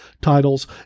titles